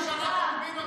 לשרים בלי תיק,